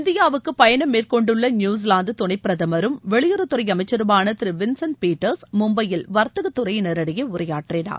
இந்தியாவுக்கு பயணம் மேற்கொண்டுள்ள நியூசிலாந்து துணைப் பிரதமரும் வெளியுறவுத்துறை அமைச்சருமான திரு வின்சன்ட் பீட்டர்ஸ் மும்பையில் வர்த்தகத் துறையினரிடையே உரையாற்றினார்